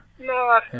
no